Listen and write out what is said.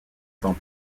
dans